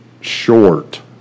short